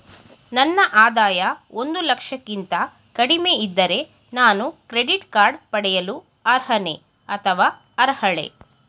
ನನ್ನ ಆದಾಯ ಒಂದು ಲಕ್ಷಕ್ಕಿಂತ ಕಡಿಮೆ ಇದ್ದರೆ ನಾನು ಕ್ರೆಡಿಟ್ ಕಾರ್ಡ್ ಪಡೆಯಲು ಅರ್ಹನೇ ಅಥವಾ ಅರ್ಹಳೆ?